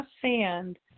sand